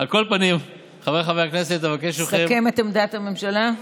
סכם את עמדת הממשלה.